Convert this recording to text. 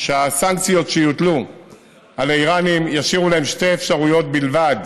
שהסנקציות שיוטלו על האיראנים ישאירו להם שתי אפשרויות בלבד: